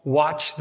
watch